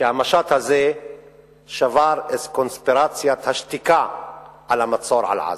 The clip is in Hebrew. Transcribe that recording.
המשט הזה שבר את קונספירציות השתיקה על המצור על עזה,